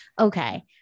Okay